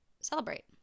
celebrate